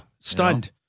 Stunned